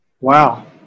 Wow